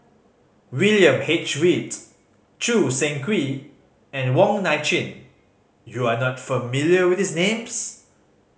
William H Read Choo Seng Quee and Wong Nai Chin you are not familiar with these names